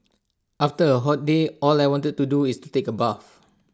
after A hot day all I want to do is to take A bath